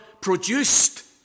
produced